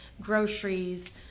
groceries